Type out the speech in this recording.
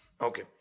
Okay